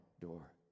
door